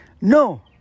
No